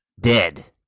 Dead